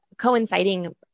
coinciding